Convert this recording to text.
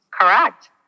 Correct